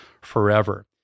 forever